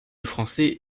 français